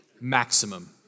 Maximum